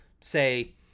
say